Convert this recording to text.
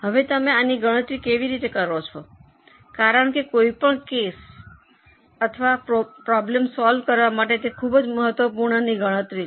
હવે તમે આની ગણતરી કેવી રીતે કરો છો કારણ કે કોઈ પણ કેસ અથવા કોઈ પ્રોબ્લમ સોલ્વ કરવા માટે તે ખૂબ જ મહત્વપૂર્ણ ગણતરી છે